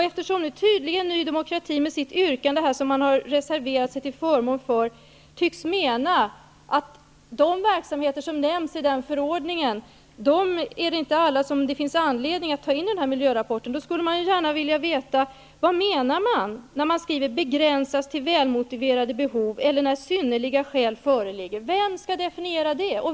Eftersom Ny demokrati med sitt yrkande, som man har reserverat sig till förmån för, tycks mena att det inte finns anledning att i miljörapporten ta in alla de verksamheter som nämns i den förordningen, skulle jag vilja veta vad Ny demokrati menar när man skriver ''begränsas till väl motiverade behov eller när synnerliga skäl föreligger''. Vem skall definiera det?